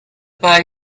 pie